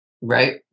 Right